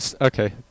Okay